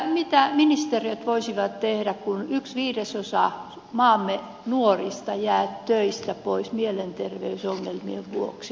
mitä ministeriöt voisivat tehdä kun yksi viidesosa maamme nuorista jää töistä pois mielenterveysongelmien vuoksi